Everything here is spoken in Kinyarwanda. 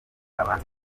abahanzi